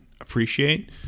appreciate